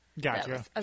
Gotcha